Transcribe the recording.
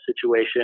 situation